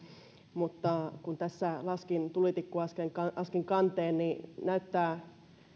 mutta kun tässä laskin tulitikkuaskin kanteen niin näyttää